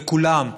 בכולם.